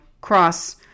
cross-